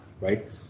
right